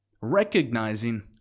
recognizing